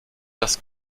das